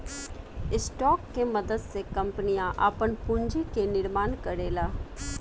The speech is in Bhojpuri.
स्टॉक के मदद से कंपनियां आपन पूंजी के निर्माण करेला